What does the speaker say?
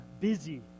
busy